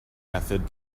method